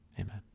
Amen